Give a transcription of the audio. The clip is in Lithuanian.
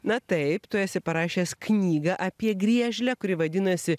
na taip tu esi parašęs knygą apie griežlę kuri vadinasi